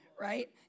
Right